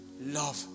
love